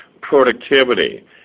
productivity